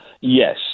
Yes